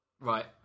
Right